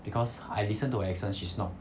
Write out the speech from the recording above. because I listen to her accent she's not